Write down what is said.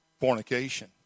fornication